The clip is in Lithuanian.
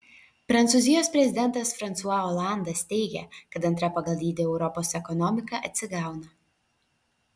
prancūzijos prezidentas fransua olandas teigia kad antra pagal dydį europos ekonomika atsigauna